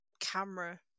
camera